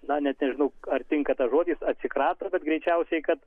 na net nežinau ar tinka tas žodis atsikrato kad greičiausiai kad